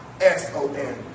S-O-N